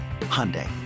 Hyundai